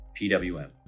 PWM